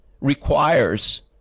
requires